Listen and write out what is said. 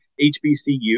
HBCU